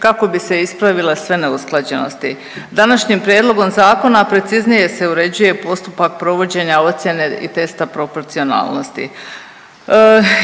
kako bi se ispravile sve neusklađenosti. Današnjim prijedlogom zakona preciznije se uređuje postupak provođenja ocjene i testa proporcionalnosti.